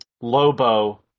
Lobo